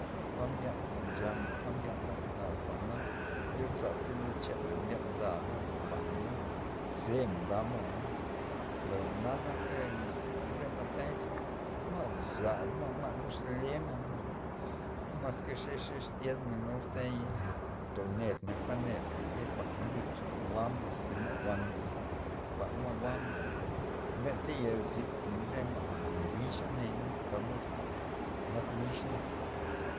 Pa mbyan jwa'n nchamen pa mbyan naba a jwa'na yozata lud chanla mbyan mda naba kuanla jwa'na ze mda ma' jwa'na mbay jwa'na nak re- re ma' tayaza ma' zab ma', ma' yaluz ma' ma' maske xe- xe tyenmen ortaya toned men pa neda ze ye kuan lud jwa'ma mas thi ma' wana thi kuan ma' jwa'ma ma benta yazin re ma' jwa'n ndole bix nayana tamod jwa'n nak bix na